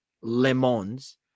lemons